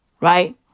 Right